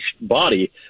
body